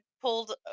pulled